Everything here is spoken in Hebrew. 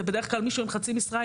זה בדרך כלל מישהו עם חצי משרה,